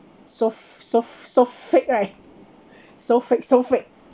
so f~ so f~ so fake right so fake so fake